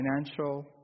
financial